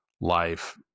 life